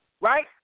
right